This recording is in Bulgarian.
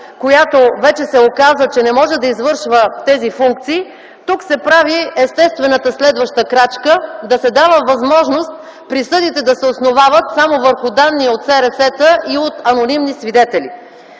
която вече се оказа, че не може да извършва тези функции, тук се прави естествената следваща крачка да се дава възможност присъдите да се основават само върху данни от СРС-та и от анонимни свидетели.